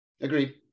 Agreed